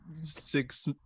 six